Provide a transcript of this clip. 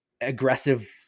aggressive